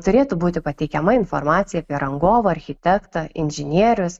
turėtų būti pateikiama informacija apie rangovą architektą inžinierius